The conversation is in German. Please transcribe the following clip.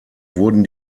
wurden